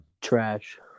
trash